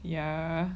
yeah